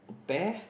pear